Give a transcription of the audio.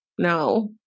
No